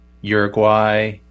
uruguay